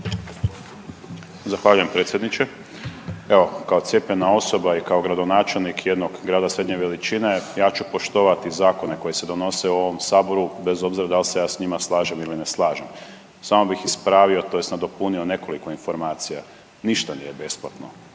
Zahvaljujem predsjedniče. Evo kao cijepljena osoba i kao gradonačelnik jednog grada srednje veličine ja ću poštovati zakone koji se donose u ovom Saboru bez obzira da li se ja s njima slažem ili na slažem. Samo bih ispravio tj. nadopunio nekoliko informacija, ništa nije besplatno.